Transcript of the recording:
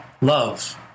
love